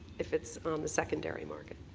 if it's on the secondary market.